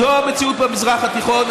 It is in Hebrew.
זו המציאות במזרח התיכון,